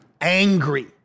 angry